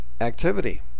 activity